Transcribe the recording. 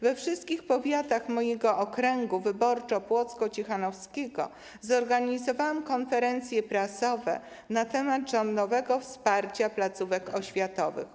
We wszystkich powiatach mojego okręgu wyborczego płocko-ciechanowskiego zorganizowałam konferencje prasowe na temat rządowego wsparcia placówek oświatowych.